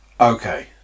Okay